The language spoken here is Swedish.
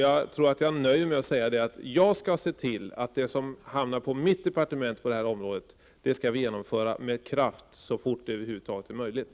Jag nöjer mig med att säga att jag skall se till att det som hamnar på mitt departement på detta område skall vi genomföra med kraft så fort det över huvud taget är möjligt.